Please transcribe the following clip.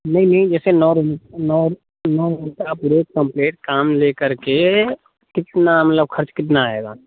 नहीं नहीं जैसे नॉर्मली कम्प्लीट काम लेकर के कितना मतलब खर्च कितना आएगा